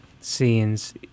scenes